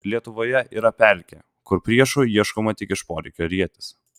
lietuvoje yra pelkė kur priešų ieškoma tik iš poreikio rietis